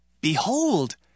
Behold